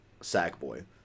Sackboy